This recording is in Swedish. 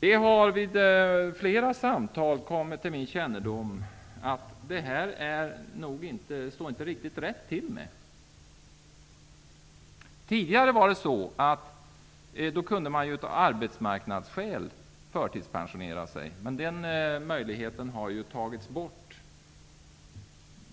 Det har vid flera samtal kommit till min kännedom att det nog inte står riktigt rätt till med detta. Tidigare kunde man förtidspensionera sig av arbetsmarknadsskäl, men den möjligheten har ju tagits bort.